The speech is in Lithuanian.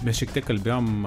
mes šiek tiek kalbėjom